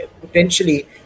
potentially